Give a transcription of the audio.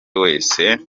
wese